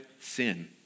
sin